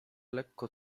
lekko